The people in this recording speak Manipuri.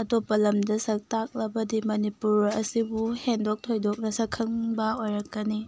ꯑꯇꯣꯞꯄ ꯂꯝꯗ ꯁꯛ ꯇꯥꯛꯂꯕꯗꯤ ꯃꯅꯤꯄꯨꯔ ꯑꯁꯤꯕꯨ ꯍꯦꯟꯗꯣꯛ ꯊꯣꯏꯗꯣꯛꯅ ꯁꯛꯈꯪꯕ ꯑꯣꯏꯔꯛꯀꯅꯤ